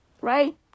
right